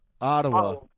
Ottawa